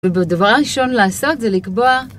ובדבר ראשון לעשות זה לקבוע